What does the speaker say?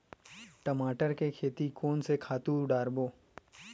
टमाटर के खेती कोन से खातु डारबो?